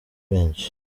benshi